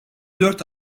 dört